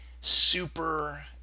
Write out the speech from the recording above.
super